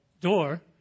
door